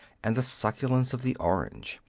and the succulence of the orange.